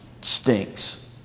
stinks